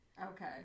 Okay